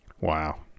Wow